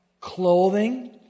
clothing